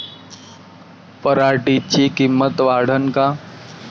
पराटीची किंमत वाढन का?